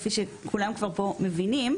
כמו שכולם מבינים,